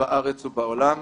בארץ ובעולם.